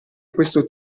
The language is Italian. questo